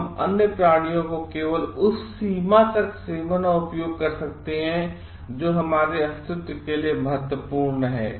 हम अन्य प्राणियों को केवल उसी सीमा तक सेवन और उपयोग कर सकते हैं जो हमारे अस्तित्व के लिए महत्वपूर्ण है